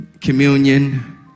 communion